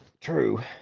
True